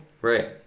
right